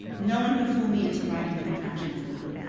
no one could fool me into riding the contractions now.